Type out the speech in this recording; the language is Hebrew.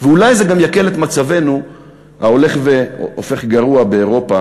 ואולי זה גם יקל את מצבנו ההולך והופך גרוע באירופה